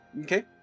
Okay